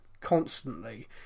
constantly